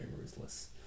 ruthless